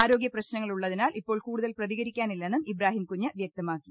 ആരോഗ്യ പ്രശ്നങ്ങളുള്ളതിനാൽ ഇപ്പോൾ കൂടുതൽ പ്രതികരിക്കാനില്ലെന്നും ഇബ്രാഹീം കുഞ്ഞ് വ്യക്തമാക്കി